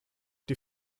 die